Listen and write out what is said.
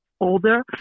older